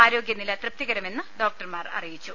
ആരോഗ്യ നില തൃപ്തിതികരമെന്ന് ഡോക്ടർമാർ അറിയിച്ചു